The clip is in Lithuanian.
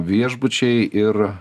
viešbučiai ir